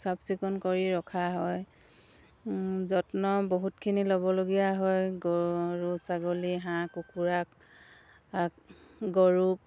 চাফ চিকুণ কৰি ৰখা হয় যত্ন বহুতখিনি ল'বলগীয়া হয় গৰু ছাগলী হাঁহ কুকুৰাক গৰুক